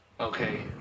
Okay